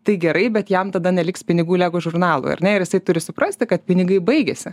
tai gerai bet jam tada neliks pinigų lego žurnalui ar ne ir jisai turi suprasti kad pinigai baigėsi